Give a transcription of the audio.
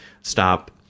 stop